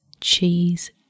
cheese